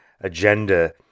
agenda